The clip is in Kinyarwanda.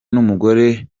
n’umugore